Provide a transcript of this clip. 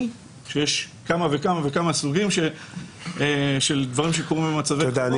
כשיש כמה וכמה סוגים של דברים שקורים במצבי חירום.